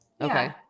Okay